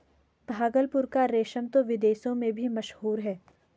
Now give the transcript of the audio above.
भागलपुर का रेशम तो विदेशों में भी मशहूर है